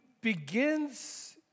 begins